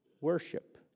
Worship